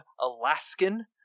Alaskan